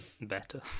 better